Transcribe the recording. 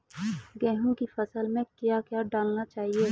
गेहूँ की फसल में क्या क्या डालना चाहिए?